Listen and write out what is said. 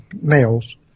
males